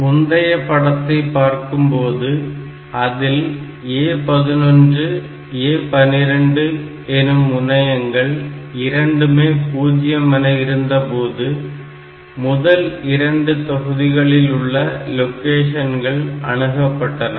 முந்தைய படத்தை பார்க்கும்போது அதில் A11 A12 எனும் முனையங்கள் இரண்டுமே 0 என இருந்தபோது முதல் இரண்டு தொகுதிகளில் உள்ள லொகேஷன்கள் அணுகப்பப்பட்டன